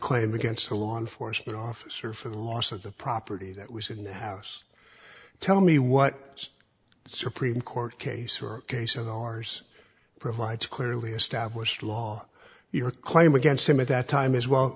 claim against the law enforcement officer for the loss of the property that was in the house tell me what supreme court case or case on ars provides clearly established law your claim against him at that time as well